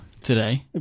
today